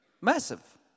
massive